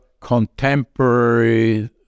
contemporary